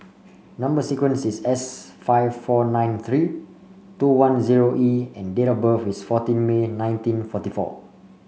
number sequence is S five four nine three two one zero E and date of birth is fourteen May nineteen forty four